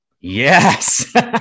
Yes